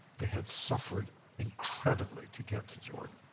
they had sufferredly incredibly to get to jordan.